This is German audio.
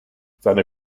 seine